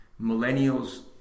Millennials